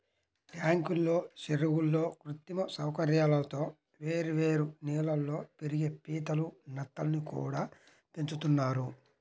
ట్యాంకుల్లో, చెరువుల్లో కృత్రిమ సౌకర్యాలతో వేర్వేరు నీళ్ళల్లో పెరిగే పీతలు, నత్తల్ని కూడా పెంచుతున్నారు